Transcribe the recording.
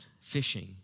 fishing